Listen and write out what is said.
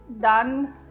done